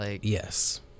Yes